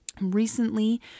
Recently